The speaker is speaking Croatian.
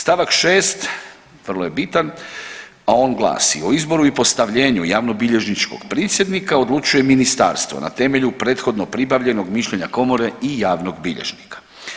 St. 6. vrlo je bitan, a on glasi o izboru i postavljenju javnobilježničkog prisjednika odlučuje ministarstvo na temelju prethodno pribavljenog mišljenja komore i javnog bilježnika.